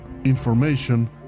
Information